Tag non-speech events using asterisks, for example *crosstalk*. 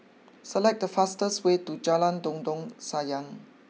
select the fastest way to Jalan *unintelligible* Sayang